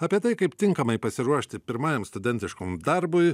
apie tai kaip tinkamai pasiruošti pirmajam studentiškam darbui